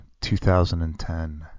2010